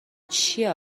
چیه